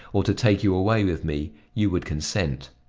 or to take you away with me, you would consent.